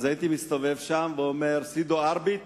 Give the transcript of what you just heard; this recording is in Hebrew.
אז הייתי מסתובב שם ואומר: "עס איז דא ארבעייט"?